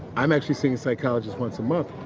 i'm actually seeing a psychologist once a month,